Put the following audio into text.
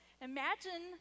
imagine